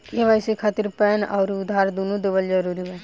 KYC खातिर PAN आउर आधार दुनों देवल जरूरी बा?